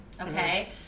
okay